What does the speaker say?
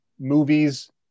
movies